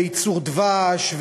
וייצור דבש,